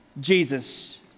Jesus